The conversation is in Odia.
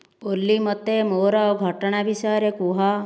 ଓଲି ମୋତେ ମୋର ଘଟଣା ବିଷୟରେ କୁହ